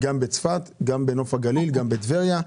גם בצפת, גם בנוף הגליל, גם בטבריה.